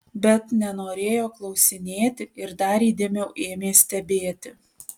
bet nenorėjo klausinėti ir dar įdėmiau ėmė stebėti